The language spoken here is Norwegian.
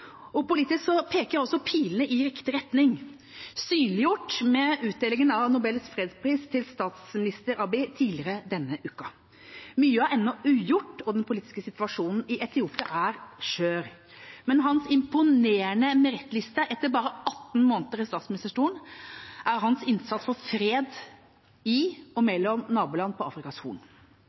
peker også pilene i riktig retning, synliggjort med utdelingen av Nobels fredspris til statsminister Abiy Ahmed tidligere denne uka. Mye er ennå ugjort, og den politiske situasjonen i Etiopia er skjør, men på hans imponerende merittliste etter bare 18 måneder i statsministerstolen er hans innsats for fred i og mellom naboland på Afrikas Horn.